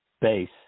base